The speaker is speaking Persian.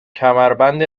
کمربند